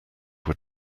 were